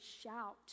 shout